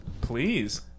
please